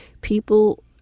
People